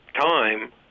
time